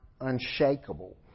unshakable